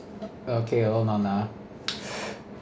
okay hold on ah